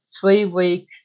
three-week